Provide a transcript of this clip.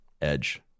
edge